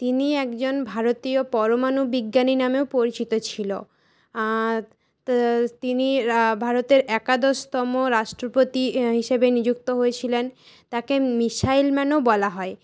তিনি একজন ভারতীয় পরমানু বিজ্ঞানী নামেও পরিচিত ছিল তিনি ভারতের একাদশতম রাষ্ট্রপতি হিসাবে নিযুক্ত হয়েছিলেন তাকে মিসাইল ম্যানও বলা হয়